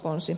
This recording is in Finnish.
ponsi